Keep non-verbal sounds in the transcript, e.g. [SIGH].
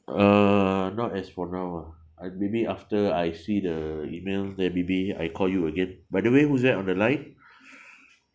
uh not as for now ah I'd maybe after I see the email then maybe I call you again by the way who's that on the line [BREATH]